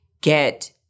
get